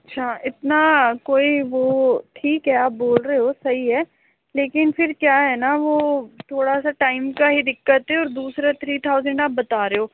अच्छा इतना कोई वह ठीक है आप बोल रहे हो सही है लेकिन फिर क्या है न वह थोड़ा सा टाइम का ही दिक्कत है और दूसरे थ्री थाउजेंड आप बता रहे हो